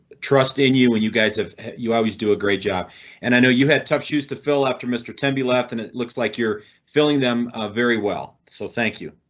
trust in you and you guys. have you always do a great job and i know you had tough shoes to fill after mr tempe left and it looks like you're filling them very well. so thank you.